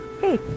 Hey